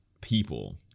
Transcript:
people